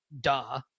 Duh